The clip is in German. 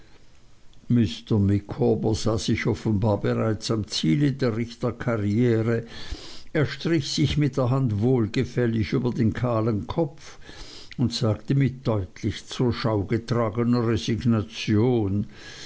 sah sich offenbar bereits am ziele der richterkarriere er strich sich mit der hand wohlgefällig über den kahlen kopf und sagte mit deutlich zur schau getragener resignation